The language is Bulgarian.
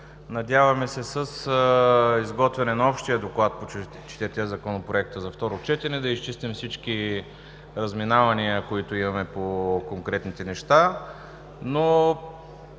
Надяваме се с изготвяне на общия доклад по четирите проекта за второ четене да изчистим всички разминавания, които имаме по конкретните неща.